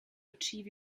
achieve